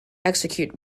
execute